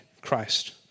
Christ